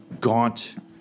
gaunt